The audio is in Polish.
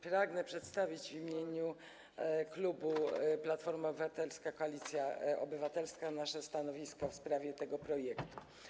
Pragnę przedstawić w imieniu klubu Platforma Obywatelska - Koalicja Obywatelska nasze stanowisko w sprawie tego projektu.